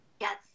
Yes